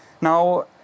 Now